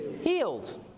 Healed